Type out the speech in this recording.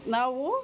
ನಾವೂ